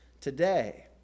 today